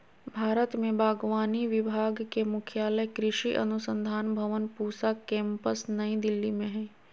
भारत में बागवानी विभाग के मुख्यालय कृषि अनुसंधान भवन पूसा केम्पस नई दिल्ली में हइ